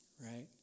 right